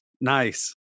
nice